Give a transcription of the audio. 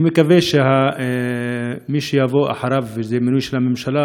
אני מקווה שמי שיבוא אחריו וזה מינוי של הממשלה,